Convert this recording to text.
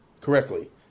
correctly